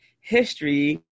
history